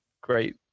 great